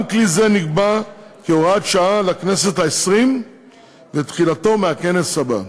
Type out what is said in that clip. גם כלי זה נקבע כהוראת שעה לכנסת העשרים ותחילתו בכנס הבא.